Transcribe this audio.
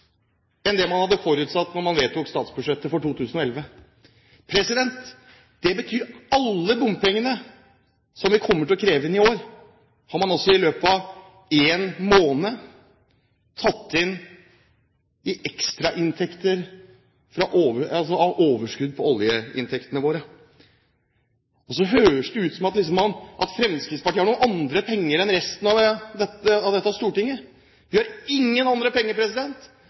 enn det man hadde forutsatt da man vedtok statsbudsjettet for 2011. Det betyr at alle bompengene som vi kommer til å kreve inn i år, har man i løpet av én måned tatt inn i ekstrainntekter av overskudd på oljeinntektene våre. Så høres det ut som om Fremskrittspartiet har noen andre penger enn resten av dette stortinget. Vi har ingen andre penger,